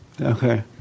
Okay